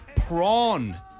Prawn